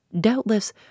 Doubtless